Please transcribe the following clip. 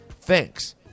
Thanks